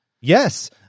Yes